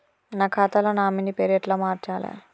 నా ఖాతా లో నామినీ పేరు ఎట్ల మార్చాలే?